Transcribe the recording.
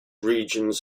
regions